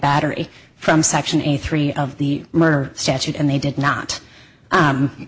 battery from section eighty three of the murder statute and they did not